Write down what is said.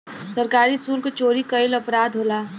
सरकारी सुल्क चोरी कईल अपराध होला